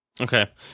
Okay